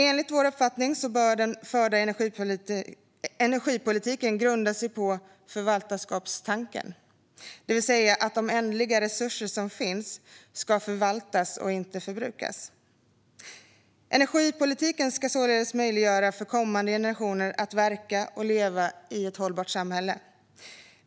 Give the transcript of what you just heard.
Enligt vår uppfattning bör den förda energipolitiken grunda sig på förvaltarskapstanken, det vill säga att de ändliga resurser som finns ska förvaltas och inte förbrukas. Energipolitiken ska således möjliggöra för kommande generationer att verka och leva i ett hållbart samhälle.